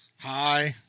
Hi